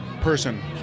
Person